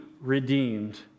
redeemed